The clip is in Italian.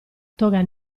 toga